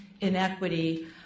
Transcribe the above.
inequity